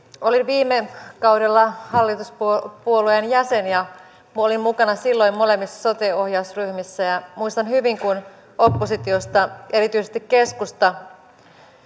olin viime kaudella hallituspuolueen jäsen ja minä olin mukana silloin molemmissa sote ohjausryhmissä ja muistan hyvin kun oppositiosta erityisesti keskusta